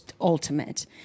ultimate